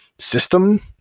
system,